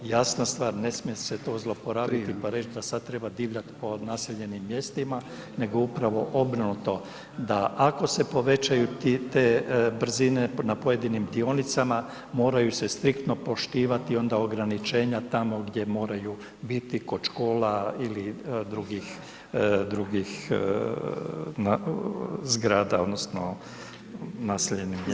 Jasna star ne smije se to zlouporabiti pa reći da sad treba divljati po naseljenim mjestima nego upravo obrnuto da ako se povećaju te brzine na pojedinim dionicama moraju se striktno poštivati onda ograničenja tamo gdje moraju biti kod škola ili kod drugih, zgrada, odnosno naseljenih mjesta.